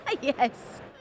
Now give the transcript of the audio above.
Yes